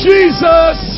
Jesus